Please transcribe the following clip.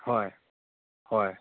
ꯍꯣꯏ ꯍꯣꯏ